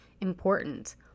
important